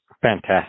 Fantastic